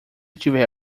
tiver